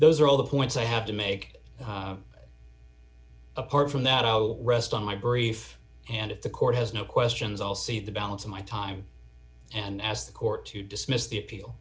those are all the points i have to make apart from that o rest on my brief and if the court has no questions i'll see the balance of my time and ask the court to dismiss the appeal